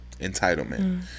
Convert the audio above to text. entitlement